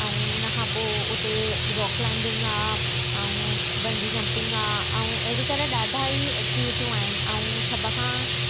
ऐं उनखां पोइ उते रॉक क्लाइम्बिंग आहे ऐं बंजी जंपिंग आहे ऐं अहिड़ी तरहि ॾाढा ई ऐक्टिविटियूं आहिनि ऐं सभ खां